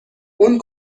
اون